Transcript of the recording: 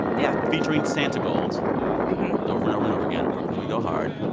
yeah. featuring santigold over and over and over again brooklyn we go hard.